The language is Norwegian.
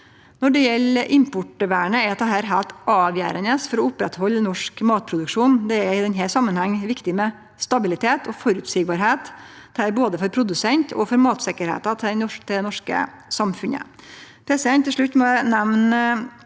Når det gjeld importvernet, er dette heilt avgjerande for å oppretthalde norsk matproduksjon. Det er i denne samanhengen viktig med stabilitet og føreseielegheit – både for produsentane og for matsikkerheita til det norske samfunnet.